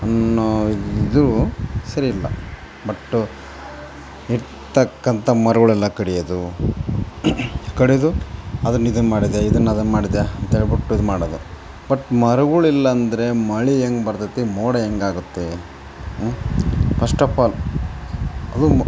ಅನ್ನೋ ಇದು ಸರಿಯಿಲ್ಲ ಬಟ್ಟು ಇರ್ತಕ್ಕಂಥ ಮರಗುಳೆಲ್ಲ ಕಡಿಯೋದು ಕಡಿದು ಅದನ್ನು ಇದನ್ನು ಮಾಡಿದೆ ಇದನ್ನು ಅದನ್ನು ಮಾಡಿದೆ ಅಂತ ಹೇಳಿಬಿಟ್ಟು ಇದ್ಮಾಡೋದು ಬಟ್ ಮರಗಳಿಲ್ಲ ಅಂದರೆ ಮಳೆ ಹೆಂಗೆ ಬರ್ತದೆ ಮೋಡ ಹೆಂಗಾಗುತ್ತೆ ಹ್ಞೂ ಪಸ್ಟ್ ಅಪ್ ಆಲ್ ಅದುನ್